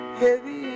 heavy